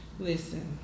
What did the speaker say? Listen